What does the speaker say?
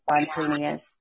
spontaneous